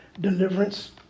deliverance